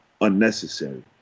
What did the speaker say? unnecessary